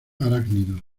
arácnidos